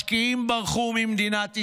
משקיעים ברחו ממדינת ישראל.